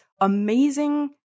amazing